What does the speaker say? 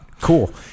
Cool